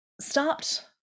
stopped